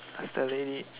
ask the lady